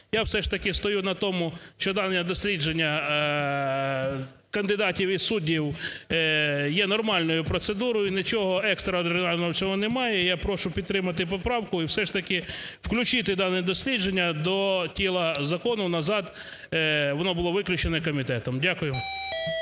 Я все ж таки стою на тому, що дане дослідження кандидатів і суддів є нормальною процедурою. Нічого екстраординарного в цьому немає. Я прошу підтримати поправку і все ж таки включити дане дослідження до тіла закону назад, воно було виключене комітетом. Дякую.